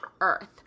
Earth